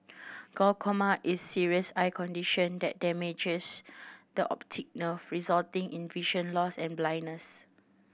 glaucoma is a serious eye condition that damages the optic nerve resulting in vision loss and blindness